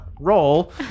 roll